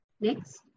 Next